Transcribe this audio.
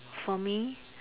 for me